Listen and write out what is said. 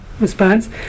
response